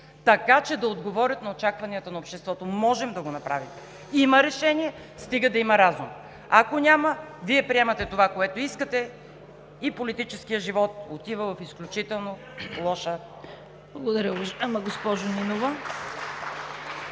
така че да отговорят на очакванията на обществото. Можем да го направим. Има решение, стига да има разум. Ако няма, Вие приемате това, което искате, и политическият живот отива в изключително лоша… (Ръкопляскания